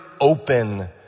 open